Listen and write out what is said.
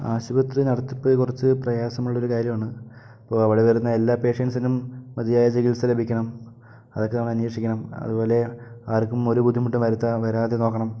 ആശുപത്രി നടത്തിപ്പ് കുറച്ച് പ്രയാസമുള്ളൊരു കാര്യമാണ് അപ്പോൾ അവിടെ വരുന്ന എല്ലാ പേഷ്യൻസിനും മതിയായ ചികിത്സ ലഭിക്കണം അതൊക്കെ അന്വേഷിക്കണം അതുപോലെ ആർക്കും ഒരു ബുദ്ധിമുട്ടും വരുത്താതെ വരാതെ നോക്കണം